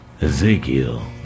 Ezekiel